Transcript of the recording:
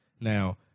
Now